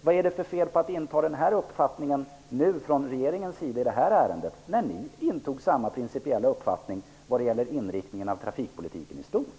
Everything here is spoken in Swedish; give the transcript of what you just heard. Vad är det för fel att inta den ståndpunkten från regeringspartiernas sida i det här ärendet när ni intog samma principiella ståndpunkt vad gäller inriktningen av trafikpolitiken i stort?